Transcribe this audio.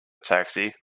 taxi